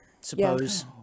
suppose